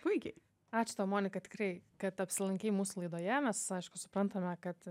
puikiai ačiū tau monika tikrai kad apsilankei mūsų laidoje mes aišku suprantame kad